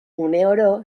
uneoro